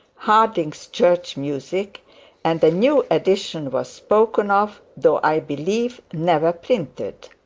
harding's church music and a new edition was spoken of, though, i believe, never printed.